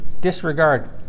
Disregard